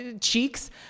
cheeks